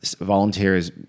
Volunteers